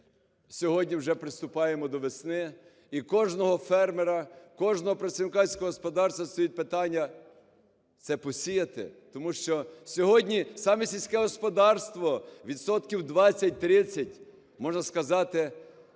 сьогодні вже приступаємо до весни, і в кожного фермера, кожного працівника сільського господарства стоїть питання – це посіяти. Тому що сьогодні саме сільське господарство відсотків 20-30, можна сказати,